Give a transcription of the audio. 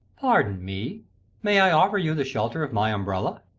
pardon me may i offer you the shelter of my umbrella?